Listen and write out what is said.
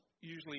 usually